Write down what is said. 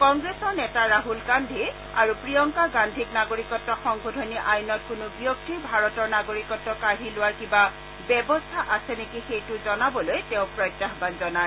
কংগ্ৰেছৰ নেতা ৰাছল গান্ধী আৰু প্ৰিয়ংকা গান্ধীক নাগৰিকত্ সংশোধনী আইনত কোনো ব্যক্তিৰ ভাৰতৰ নাগৰিকত্ব কাঢ়ি লোৱাৰ কিবা ব্যৱস্থা আছে নেকি সেইটো জনাবলৈ তেওঁ প্ৰত্যাহ্বান জনায়